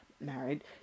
married